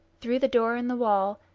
through the door in the wall,